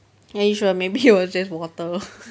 are you sure maybe it was just water